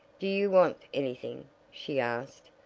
do you want anything? she asked,